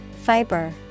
Fiber